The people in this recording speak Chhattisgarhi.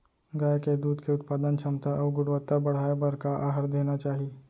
गाय के दूध के उत्पादन क्षमता अऊ गुणवत्ता बढ़ाये बर का आहार देना चाही?